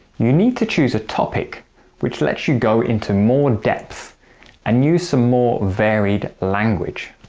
you need to choose a topic which lets you go into more depth and use some more varied language.